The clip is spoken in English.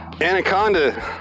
Anaconda